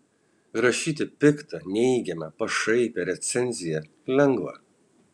rašyti piktą neigiamą pašaipią recenziją lengva